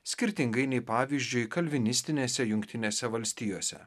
skirtingai nei pavyzdžiui kalvinistinėse jungtinėse valstijose